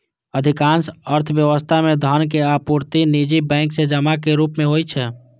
अधिकांश अर्थव्यवस्था मे धनक आपूर्ति निजी बैंक सं जमा के रूप मे होइ छै